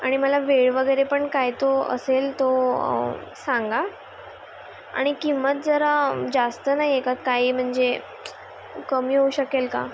आणि मला वेळ वगैरे पण काय तो असेल तो सांगा आणि किंमत जरा जास्त नाई एकत काही म्हणजे कमी होऊ शकेल का